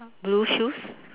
blue shoes